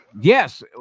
Yes